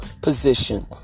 position